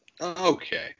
Okay